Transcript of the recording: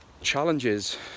challenges